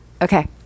okay